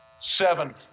Seven